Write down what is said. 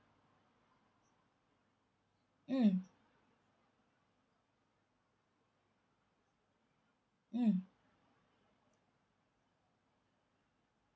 mm mm